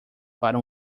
para